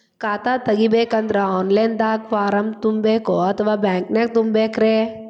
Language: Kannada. ಖಾತಾ ತೆಗಿಬೇಕಂದ್ರ ಆನ್ ಲೈನ್ ದಾಗ ಫಾರಂ ತುಂಬೇಕೊ ಅಥವಾ ಬ್ಯಾಂಕನ್ಯಾಗ ತುಂಬ ಬೇಕ್ರಿ?